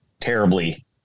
terribly